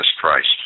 Christ